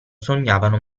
sognavano